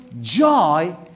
joy